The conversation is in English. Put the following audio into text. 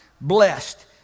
blessed